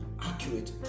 accurate